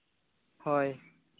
ᱦᱳᱭ